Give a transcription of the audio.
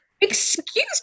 excuse